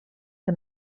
que